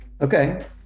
Okay